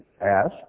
ask